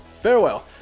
Farewell